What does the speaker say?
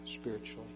spiritually